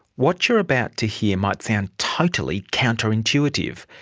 what you are about to hear might sound totally counter-intuitive.